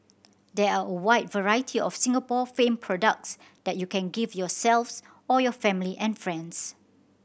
there are a wide variety of Singapore famed products that you can gift yourselves or your family and friends